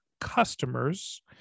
customers